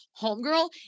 homegirl